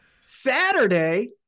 Saturday